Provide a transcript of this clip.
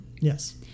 Yes